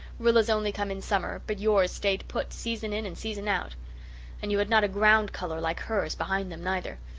rilla's only come in summer but yours stayed put, season in and season out and you had not a ground colour like hers behind them neither.